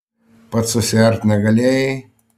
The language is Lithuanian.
pats susiart negalėjai